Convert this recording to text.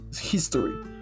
history